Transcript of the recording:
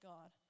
God